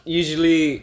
usually